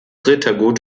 rittergut